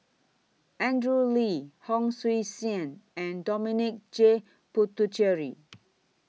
Andrew Lee Hon Sui Sen and Dominic J Puthucheary